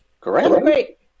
Correct